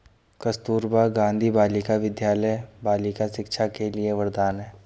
कस्तूरबा गांधी बालिका विद्यालय बालिका शिक्षा के लिए वरदान है